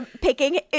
picking